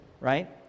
right